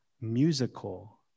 musical